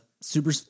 super